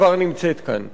כבר נמצאת כאן.